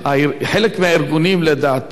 דואגים למשאבים גדולים.